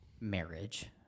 marriage